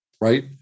right